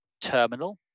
terminal